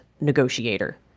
negotiator